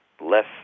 less